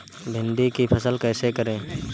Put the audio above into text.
भिंडी की फसल कैसे करें?